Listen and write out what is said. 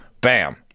Bam